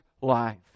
life